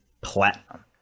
platinum